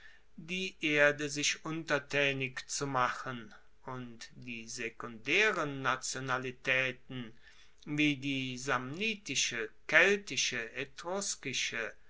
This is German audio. die erde sich untertaenig zu machen und die sekundaeren nationalitaeten wie die samnitische keltische